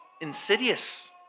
insidious